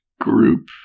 group